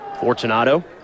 Fortunato